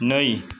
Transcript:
नै